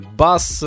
bass